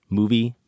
movie